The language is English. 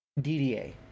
DDA